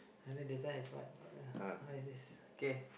and then beside is what oh yeah what is this okay